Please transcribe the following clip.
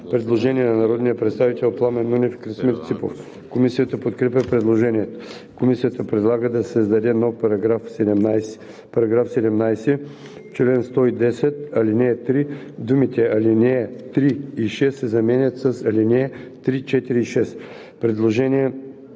Предложение на народния представител Пламен Нунев и Красимир Ципов. Комисията подкрепя предложението. Комисията предлага да се създаде нов § 17: „§ 17. В чл. 110, ал. 3 думите „ал. 3 и 6“ се заменят с „ал. 3, 4 и 6“. Предложение